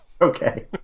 Okay